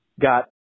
got